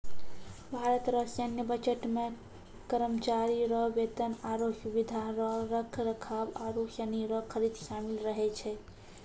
भारत रो सैन्य बजट मे करमचारी रो बेतन, आरो सुबिधा रो रख रखाव आरू सनी रो खरीद सामिल रहै छै